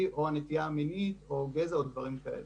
או הנטייה המינית או גזע או דברים כאלה.